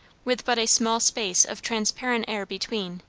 with but a small space of transparent air between,